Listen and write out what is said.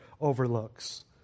overlooks